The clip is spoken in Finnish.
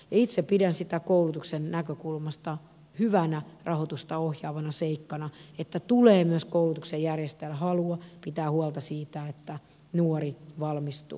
itse pidän sitä koulutuksen näkökulmasta hyvänä rahoitusta ohjaavana seikkana että tulee myös koulutuksen järjestäjälle halua pitää huolta siitä että nuori valmistuu